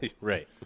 Right